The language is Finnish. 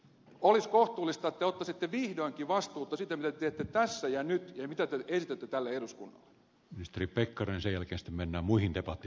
olisi kohtuullista että te ottaisitte vihdoinkin vastuuta siitä mitä te teette tässä ja nyt ja mitä te esitätte tälle eduskunnalle